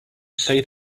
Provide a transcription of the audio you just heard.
say